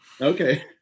Okay